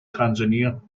tanzania